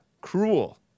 cruel